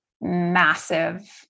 massive